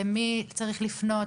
למי צריך לפנות,